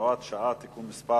(הוראת שעה) (תיקון מס'